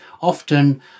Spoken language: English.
Often